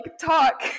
talk